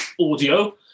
audio